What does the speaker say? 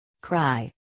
Cry